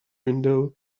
window